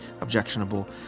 objectionable